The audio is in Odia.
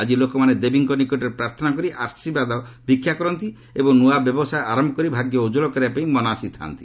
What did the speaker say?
ଆଜି ଲୋକମାନେ ଦେବୀଙ୍କ ନିକଟରେ ପ୍ରାର୍ଥନା କରି ଆଶୀର୍ବାଦ ଭିକ୍ଷା କରନ୍ତି ଏବଂ ନୂଆ ବ୍ୟବସାୟ ଆରମ୍ଭ କରି ଭାଗ୍ୟ ଉଜ୍ଜୁଳ କରିବା ପାଇଁ ମନାସି ଥାଆନ୍ତି